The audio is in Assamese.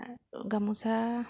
গামোচা